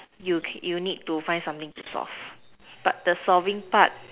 you you need to find something to solve but the solving part